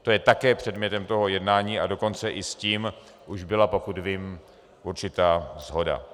To je také předmětem toho jednání a dokonce i s tím už byla, pokud vím, určitá shoda.